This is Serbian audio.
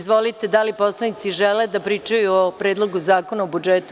Da li poslanici žele da pričaju o Predlogu zakona o budžetu?